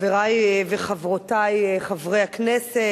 חברי וחברותי חברי הכנסת,